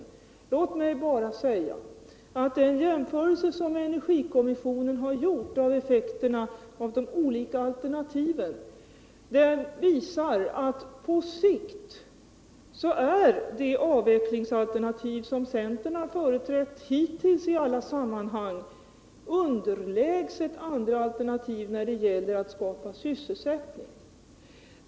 Men låt mig bara peka på att den jämförelse mellan de olika alternativen som energikommissionen har gjort när det gäller dessa effekter visar att det alternativ som centern hittills i olika sammanhang har företrätt på sikt är underlägset andra alternativ.